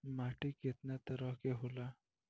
माटी केतना तरह के होला?